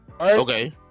Okay